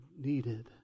needed